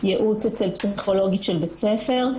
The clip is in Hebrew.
ייעוץ אצל פסיכולוגית של בית ספר.